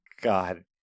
god